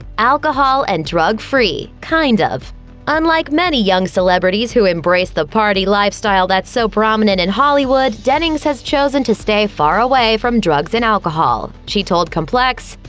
alcohol and drug-free. kind of unlike many young celebrities who embrace the party lifestyle that's so prominent in hollywood, dennings has chosen to stay far away from drugs and alcohol. she told complex,